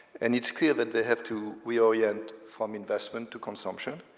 and it's clear that they have to reorient from investment to consumption.